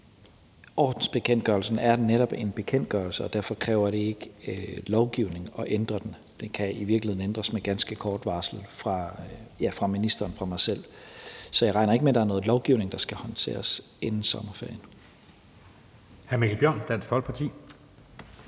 ordensbekendtgørelsen netop er en bekendtgørelse, og derfor kræver det ikke lovgivning at ændre den. Den kan i virkeligheden ændres med ganske kort varsel fra ministeren. Så jeg regner ikke med, at der er noget lovgivning, der skal håndteres inden sommerferien. Kl. 17:10 Anden næstformand